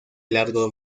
largo